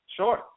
Sure